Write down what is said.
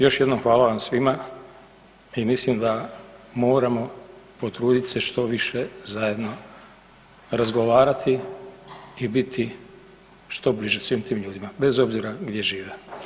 Još jednom hvala vam svima i mislim da moramo potrudit se što više zajedno, razgovarati i biti što bliže svim tim ljudima, bez obzira gdje žive.